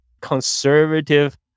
conservative